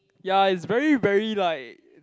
ya is very very like